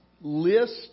list